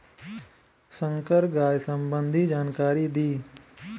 संकर गाय संबंधी जानकारी दी?